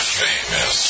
famous